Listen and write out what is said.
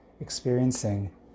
experiencing